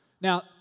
Now